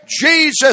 Jesus